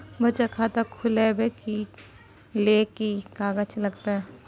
बचत खाता खुलैबै ले कि की कागज लागतै?